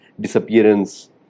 disappearance